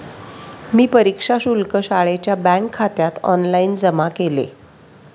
मी परीक्षा शुल्क शाळेच्या बँकखात्यात ऑनलाइन जमा केले